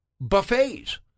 buffets